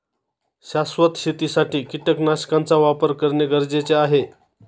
शाश्वत शेतीसाठी कीटकनाशकांचा वापर करणे गरजेचे आहे